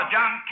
John